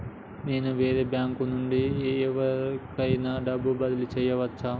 నేను వేరే బ్యాంకు నుండి ఎవలికైనా డబ్బు బదిలీ చేయచ్చా?